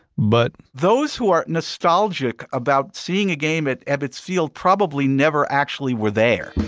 but, those who are nostalgic about seeing a game at ebbets field probably never actually were there